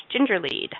gingerlead